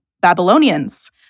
Babylonians